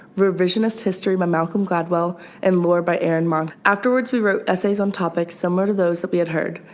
revisionist history by malcom gladwell and lore by aaron mark. afterwards we wrote essays on topics similar to those that we had heard.